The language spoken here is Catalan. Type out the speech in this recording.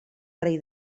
rei